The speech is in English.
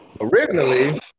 Originally